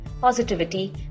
positivity